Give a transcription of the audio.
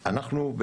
אנחנו,